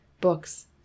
Books